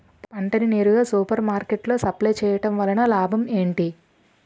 పంట ని నేరుగా సూపర్ మార్కెట్ లో సప్లై చేయటం వలన లాభం ఏంటి?